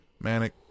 Manic